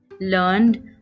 learned